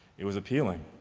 it was appealing.